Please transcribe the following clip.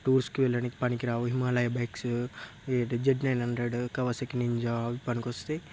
టూర్స్కి వెళ్ళనీకి పనికిరావు Himalaya bikes Z nine hundred Kawasaki Ninja పనికి వస్తాయి